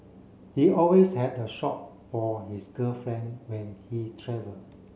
he always had a shop for his girlfriend when he travel